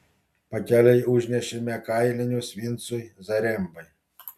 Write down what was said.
pakeliui užnešėme kailinius vincui zarembai